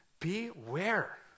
Beware